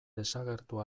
desagertu